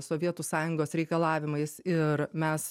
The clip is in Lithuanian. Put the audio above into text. sovietų sąjungos reikalavimais ir mes